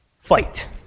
fight